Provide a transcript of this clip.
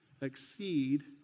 exceed